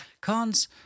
Cons